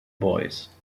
boys